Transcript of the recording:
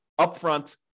upfront